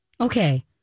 Okay